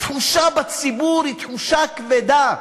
התחושה בציבור היא תחושה כבדה.